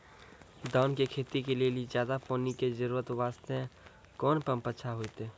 धान के खेती के लेली ज्यादा पानी के जरूरत वास्ते कोंन पम्प अच्छा होइते?